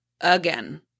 again